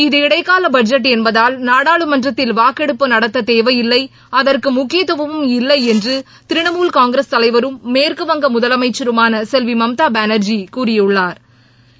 இது இடைக்கால பட்ஜெட் என்பதால் நாடாளுமன்றத்தில் வாக்கெடுப்பு நடத்த தேவையில்லை அதற்கு முக்கியத்துவமும் இல்லை என்று திரிணமூல் காங்கிரஸ் தலைவரும் மேற்குவங்க முதலமைச்சருமான செல்வி மம்தா பானா்ஜி கூறியுள்ளாா்